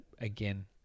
again